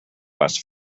west